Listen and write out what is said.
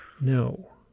No